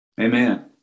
Amen